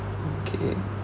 okay